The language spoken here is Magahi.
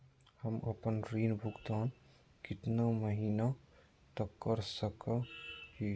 हम आपन ऋण भुगतान कितना महीना तक कर सक ही?